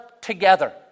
together